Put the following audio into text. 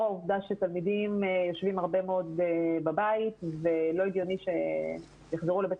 העובדה שתלמידים יושבים הרבה מאוד בבית ולא הגיוני שיחזרו לבית